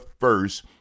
first